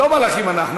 לא מלאכים אנחנו.